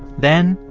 then,